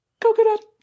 Coconut